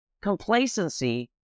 Complacency